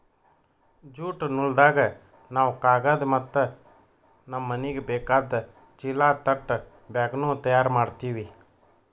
jute ನೂಲ್ದಾಗ್ ನಾವ್ ಕಾಗದ್ ಮತ್ತ್ ನಮ್ಮ್ ಮನಿಗ್ ಬೇಕಾದ್ ಚೀಲಾ ತಟ್ ಬ್ಯಾಗ್ನು ತಯಾರ್ ಮಾಡ್ತೀವಿ